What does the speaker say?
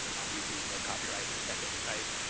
you know on youtube, no copyright intended, right?